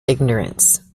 ignorance